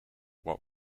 what